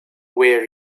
where